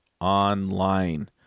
online